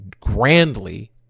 grandly